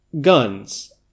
guns